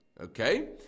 okay